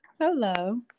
Hello